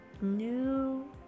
new